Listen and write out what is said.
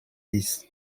ist